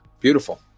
beautiful